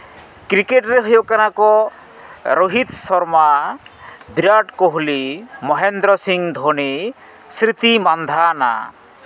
cricket ᱨᱮ ᱦᱩᱭᱩᱜ ᱠᱟᱱᱟ ᱠᱚ ᱨᱳᱦᱤᱛ ᱥᱚᱨᱥᱟ ᱵᱤᱨᱟᱴ ᱠᱳᱦᱞᱤ ᱢᱚᱦᱮᱱᱫᱨᱚ ᱥᱤᱝ ᱫᱷᱳᱱᱤ ᱥᱨᱤᱛᱤ ᱢᱟᱱᱫᱟᱱᱟ